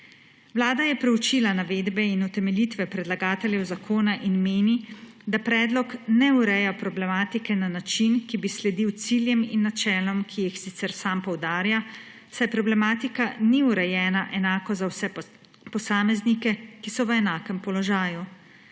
Vlada je proučila navedbe in utemeljitve predlagateljev zakona in meni, da predlog ne ureja problematike na način, ki bi sledil ciljem in načelom, ki jih sicer sam poudarja, saj problematika ni urejena enako za vse posameznike, ki so v enakem položaju.